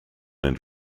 and